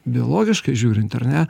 biologiškai žiūrint ar ne